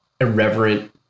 irreverent